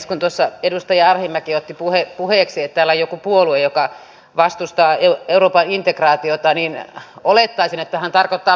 kun tuossa edustaja arhinmäki otti puheeksi että täällä on joku puolue joka vastustaa euroopan integraatiota niin olettaisin että hän tarkoittaa perussuomalaisia